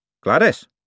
Gladys